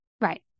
Right